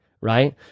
right